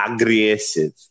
aggressive